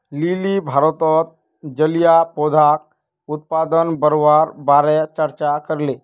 lily भारतत जलीय पौधाक उत्पादन बढ़वार बारे चर्चा करले